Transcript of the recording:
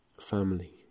family